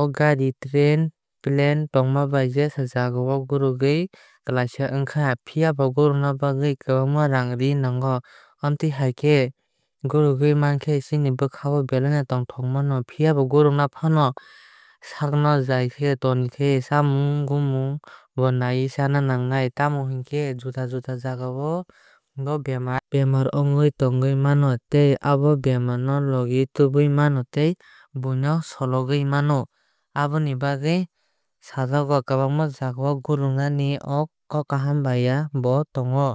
o gari train plane tongma bai jesa jagao guruknani klaisa ongkha. Phiaba gurukna bagwui kwbangma rang ree nango. Amotui hai khe gurugwui mankhe chini bwkha o belai tongthokma mano. Phiaba gurukna faano sakno jai khe tonidi tei chamung gumung bo naiui chana nangnai. Tamo hinkhe juda juda jagao juda juda bemar ongoi tongwui mano tei abo bemar no logi tubui mano tei buino no sologwui mano. Amoni bagwui sajago je kwbangma jagao gurukmani o kaham bai hamya bo tongo.